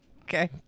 Okay